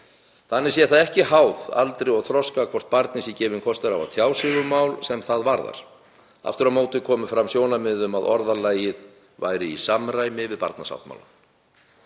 Þannig sé það ekki háð aldri og þroska barns hvort barni sé gefinn kostur á að tjá sig um mál sem það varðar. Aftur á móti komu fram sjónarmið um að orðalagið væri í samræmi við barnasáttmálann.